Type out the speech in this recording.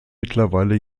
mittlerweile